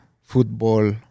football